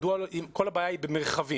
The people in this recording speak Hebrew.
אם כל הבעיה היא במרחבים,